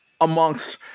amongst